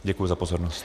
Děkuji za pozornost.